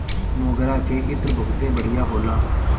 मोगरा के इत्र बहुते बढ़िया होला